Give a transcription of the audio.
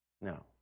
No